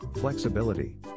Flexibility